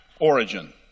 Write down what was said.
origin